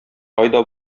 кайда